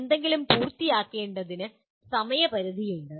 എന്തെങ്കിലും പൂർത്തിയാക്കേണ്ടതിന് സമയപരിധിയുണ്ട്